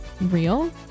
real